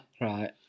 Right